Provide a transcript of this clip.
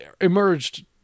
emerged